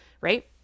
right